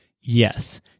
Yes